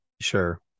Sure